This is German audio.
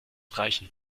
reichen